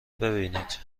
ببینید